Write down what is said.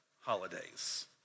holidays